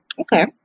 Okay